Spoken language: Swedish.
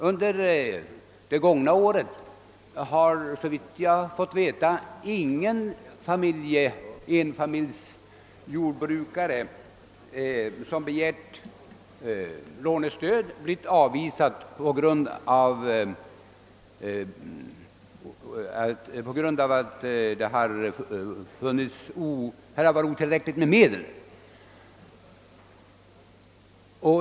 Under det gångna året har, såvitt jag fått veta, ingen enfamiljsjordbrukare som begärt kreditstöd blivit avvisad på grund av att det saknats tillräckligt med pengar.